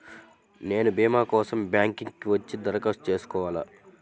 నేను భీమా కోసం బ్యాంక్కి వచ్చి దరఖాస్తు చేసుకోవాలా?